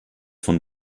von